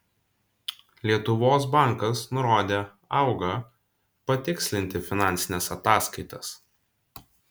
lietuvos bankas nurodė auga patikslinti finansines ataskaitas